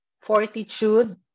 fortitude